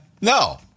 no